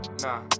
nah